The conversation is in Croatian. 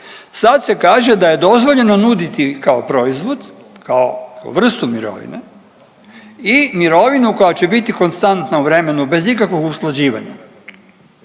Sad se kaže da je dozvoljeno nuditi kao proizvod, kao vrstu mirovine i mirovinu koja će biti konstantna u vremenu bez ikakvog usklađivanja.